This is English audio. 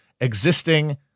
existing